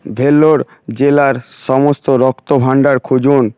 ভেলোর জেলার সমস্ত রক্তভাণ্ডার খুঁজুন